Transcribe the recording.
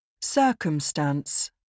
Circumstance